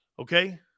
Okay